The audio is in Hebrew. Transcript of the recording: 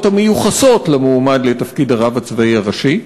המיוחסות למועמד לתפקיד הרב הצבאי הראשי?